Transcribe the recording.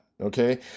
Okay